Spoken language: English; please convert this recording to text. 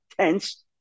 tense